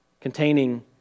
containing